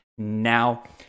now